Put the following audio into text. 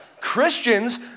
Christians